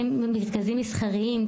מרכזים מסחריים,